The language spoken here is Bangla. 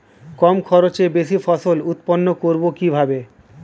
কম খরচে বেশি ফসল উৎপন্ন করব কিভাবে?